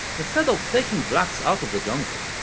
instead of taking blacks out of the jungle,